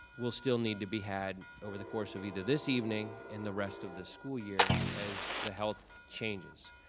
will still need to be had over the course of either this evening and the rest of the school year as the health changes.